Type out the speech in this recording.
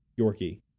Yorkie